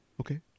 Okay